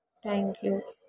thank you